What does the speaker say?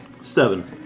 Seven